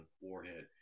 warhead